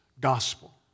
gospel